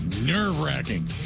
Nerve-wracking